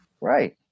Right